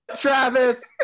Travis